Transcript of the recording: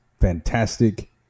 fantastic